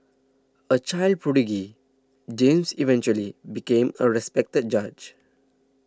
a child prodigy James eventually became a respected judge